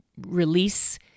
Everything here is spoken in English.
release